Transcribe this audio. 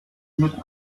mit